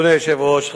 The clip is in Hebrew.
אדוני היושב-ראש,